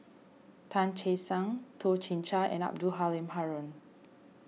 Tan Che Sang Toh Chin Chye and Abdul Halim Haron